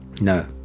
no